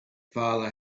father